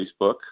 Facebook